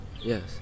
Yes